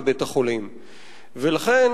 ולכן,